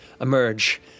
emerge